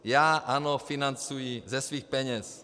Já ANO financuji ze svých peněz.